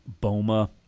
BOMA